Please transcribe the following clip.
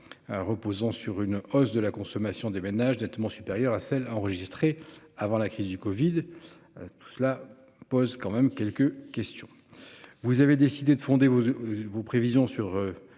Reposant sur une hausse de la consommation des ménages nettement supérieure à celle enregistrée avant la crise du Covid. Tout cela pose quand même quelques questions. Vous avez décidé de fonder vos, vos prévisions sur